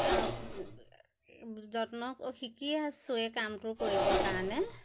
যত্ন শিকি আছোঁ এই কামটো কৰিবৰ কাৰণে